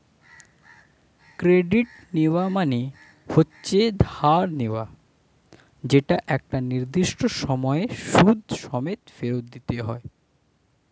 credit নেওয়া মানে হচ্ছে ধার নেওয়া যেটা একটা নির্দিষ্ট সময়ে সুদ সমেত ফেরত দিতে হয়